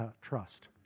Trust